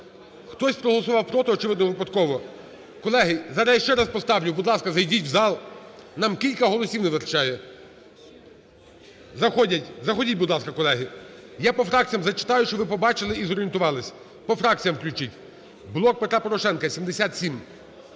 Хтось проголосував "проти", очевидно випадково. Колеги, зараз я ще раз поставлю. Будь ласка, зайдіть в зал. Нам кілька голосів не вистачає. Заходіть, будь ласка, колеги. Я по фракціям зачитаю, щоб ви побачили і зорієнтувались. По фракціям включіть. "Блок Петра Порошенка" –